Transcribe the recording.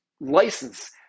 license